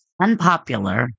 unpopular